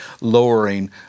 lowering